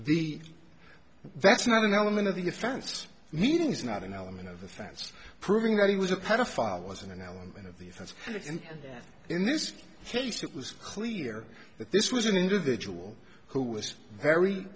the that's not an element of the offense meaning is not an element of offense proving that he was a pedophile was an element of the that's and in this case it was clear that this was an individual who was very